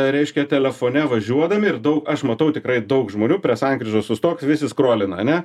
reiškia telefone važiuodami ir daug aš matau tikrai daug žmonių prie sankryžos sustok visi skrolina ane